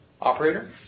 Operator